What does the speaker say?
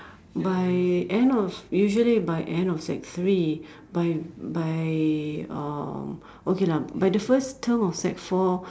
by end of usually by end of sec three by by uh okay lah by the first term of sec four